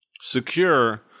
secure